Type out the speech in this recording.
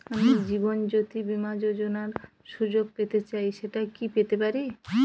আমি জীবনয্যোতি বীমা যোযোনার সুযোগ পেতে চাই সেটা কি পেতে পারি?